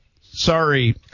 Sorry